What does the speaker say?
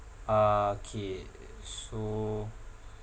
ah K so